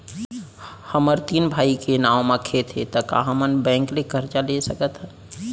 हमर तीन भाई के नाव म खेत हे त का हमन बैंक ले करजा ले सकथन?